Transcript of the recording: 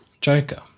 Joker